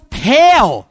pale